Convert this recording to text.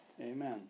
Amen